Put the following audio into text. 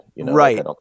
Right